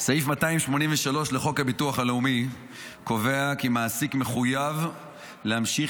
סעיף 283 לחוק הביטוח הלאומי קובע כי מעסיק מחויב להמשיך